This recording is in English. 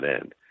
end